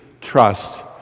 trust